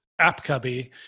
AppCubby